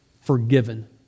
forgiven